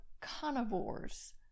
carnivores